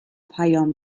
پیام